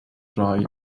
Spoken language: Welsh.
droi